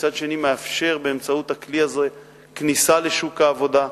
ומצד שני מאפשר באמצעות הכלי הזה כניסה לשוק העבודה?